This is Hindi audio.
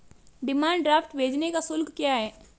डिमांड ड्राफ्ट भेजने का शुल्क क्या है?